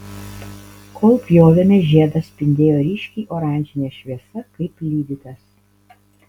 kol pjovėme žiedas spindėjo ryškiai oranžine šviesa kaip lydytas